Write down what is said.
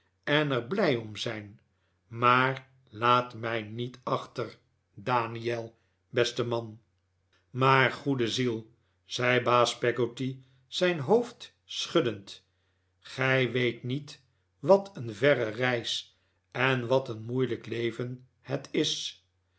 en er blij om zijn maar laat mij niet achter daniel beste man maar goede ziel zei baas peggotty zijn hoofd schuddend gij weet niet wat een verre reis en wat een moeilijk leven het is